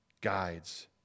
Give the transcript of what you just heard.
guides